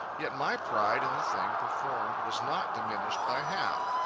yet my pride in the thing performed was not diminished by half.